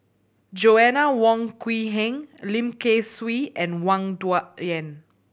Joanna Wong Quee Heng Lim Kay Siu and Wang Dayuan